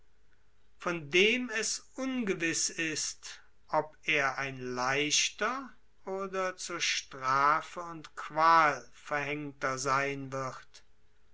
von dem es ungewiß ist ob er ein leichter oder zur strafe und qual verhängter sein wird